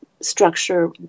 structure